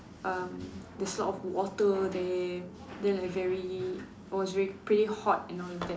um there's a lot of water there then like very I was very pretty hot and all of that